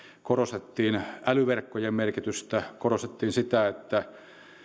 korostettiin älyverkkojen merkitystä korostettiin sitä että